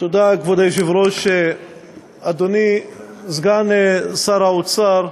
כבוד היושב-ראש, תודה, אדוני סגן שר האוצר,